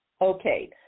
okay